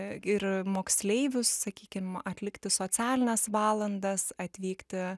ir moksleivius sakykim atlikti socialines valandas atvykti